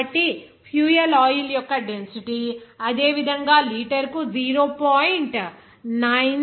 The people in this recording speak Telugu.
కాబట్టి ఫ్యూయల్ ఆయిల్ యొక్క డెన్సిటీ అదే విధంగా లీటరుకు 0